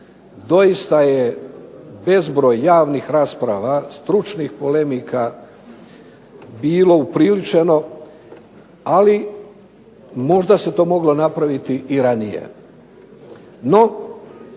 Doista je bezbroj javnih rasprava, stručnih polemika bilo upriličeno, ali možda se to moglo napraviti i ranije. No,